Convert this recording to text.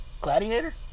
Gladiator